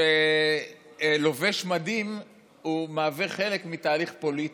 שבו לובש מדים מהווה חלק מתהליך פוליטי.